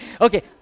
Okay